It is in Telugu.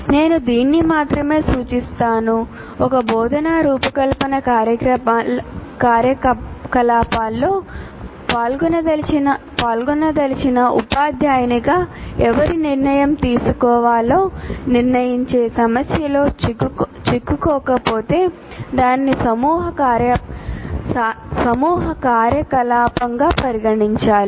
నేను దీన్ని మాత్రమే సూచిస్తాను ఒక బోధనా రూపకల్పన కార్యకలాపాల్లో పాల్గొనదలిచిన ఉపాధ్యాయునిగా ఎవరు నిర్ణయం తీసుకోవాలో నిర్ణయించే సమస్యలో చిక్కుకోకపోతే దానిని సమూహ కార్యకలాపంగా పరిగణించాలి